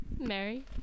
Mary